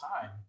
time